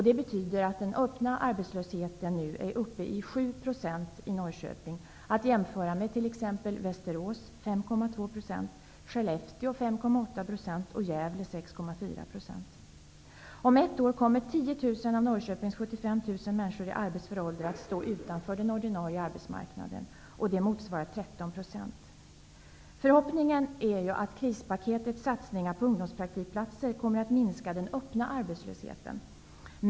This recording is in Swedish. Det betyder att den öppna arbetslösheten nu är uppe i 7 % i Skellefteå 5,8 % och Gävle 6,4 %. Om ett år kommer 10 000 av Norrköpings 75 000 människor i arbetsför ålder att stå utanför den ordinarie arbetsmarknaden. Det motsvarar 13 %. Förhoppningen är att satsningarna i krispaketet på ungdomspraktikplatser kommer att minska den öppna arbetslösheten.